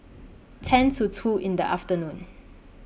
ten to two in The afternoon